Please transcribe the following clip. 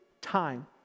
time